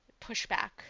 pushback